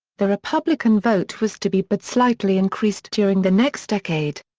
the republican vote was to be but slightly increased during the next decade.